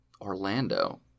Orlando